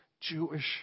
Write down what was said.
Jewish